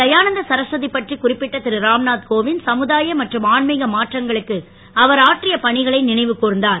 தயானந்த சரஸ்வதி பற்றிக் குறிப்பிட்ட திருராம்நாத் கோவிந்த் சமுதாய மற்றும் ஆன்மீக மாற்றங்களுக்கு அவர் ஆற்றிய பணிகளை நினைவு கூர்ந்தார்